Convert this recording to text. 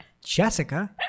Jessica